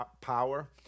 power